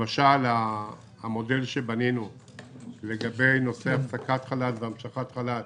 למשל המודל שבנינו לגבי הפסקת חל"ת והמשכת חל"ת